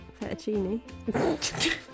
fettuccine